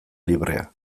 librea